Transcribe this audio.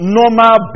normal